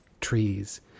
trees